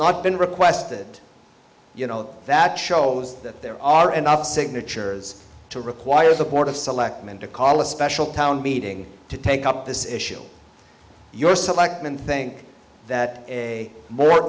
not been requested you know that shows that there are enough signatures to require the board of selectmen to call a special town meeting to take up this issue your selectman think that a more